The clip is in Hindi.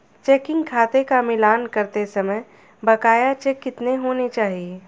चेकिंग खाते का मिलान करते समय बकाया चेक कितने होने चाहिए?